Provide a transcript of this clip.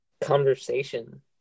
conversation